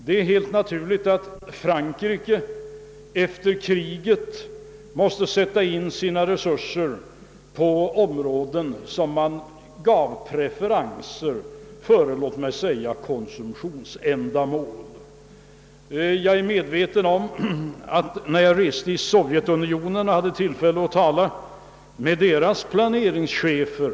Det är helt naturligt att Frankrike och andra länder i Europa efter kriget måste sätta in sina resurser på områden som man gav preferenser, t.ex. för återuppbyggnaden. När jag reste i Sovjetunionen hade jag tillfälle att tala med dess planeringschefer.